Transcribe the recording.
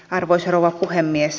arvoisa rouva puhemies